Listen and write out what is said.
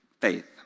faith